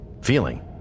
Feeling